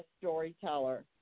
storyteller